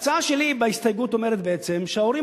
ההצעה שלי בהסתייגות אומרת בעצם שההורים